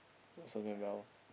most of them well